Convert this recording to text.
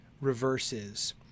reverses